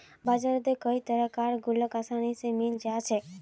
बजारत कई तरह कार गुल्लक आसानी से मिले जा छे